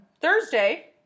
Thursday